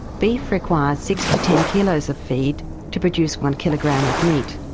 beef requires six to ten kilograms of feed to produce one kilogram of meat